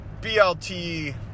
BLT